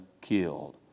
killed